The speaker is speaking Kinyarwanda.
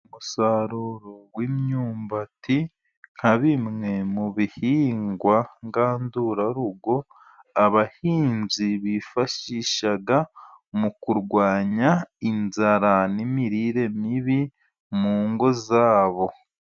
Umusaruro w'imyumbati nka bimwe mu bihingwa ngandurarugo , abahinzi bifashisha mu kurwanya inzara n'imirire mibi, mu ngo zabo.